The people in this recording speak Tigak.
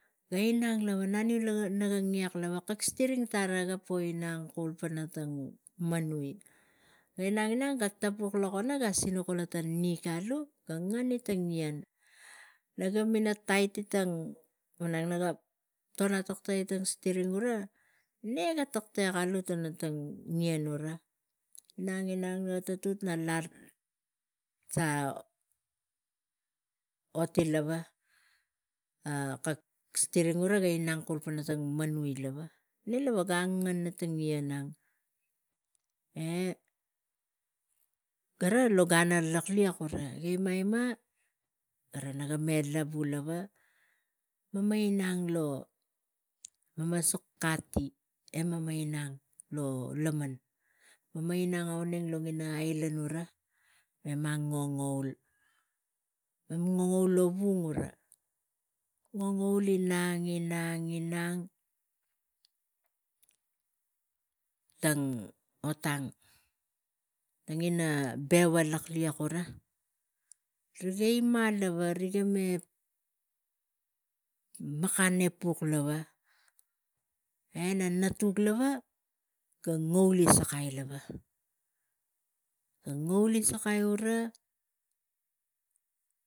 Ga niang lava namui naga ngek kak stiring tava ga inang kumpana tang manui ga inang lava ga tapuk lo kono ga sinuk kula ta nik alu ga ngani tang ngien ga nuna doti tang stiring uva nega taktek alu tana tang ngien uva inang naga tatut naga sa oli lava kak stiring ga inang kumpana tang maniu neh lava ga ngani tang ngien eh gara lo gan lo naga laklik uva ga inua inua gave naga meh lavu lava mema inang lo mema suk kati eh menia inang lo laman mema ngangaul mem ngangaul lovung uva ngangaul inang tang otang tangina beva laklik uva riga uma lava makan epuk ena natuk lava ga ngauli sakai lava ga ngangaul sakai uva